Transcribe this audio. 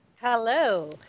Hello